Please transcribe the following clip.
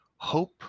hope